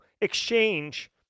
exchange